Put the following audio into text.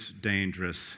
dangerous